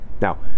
Now